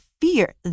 fear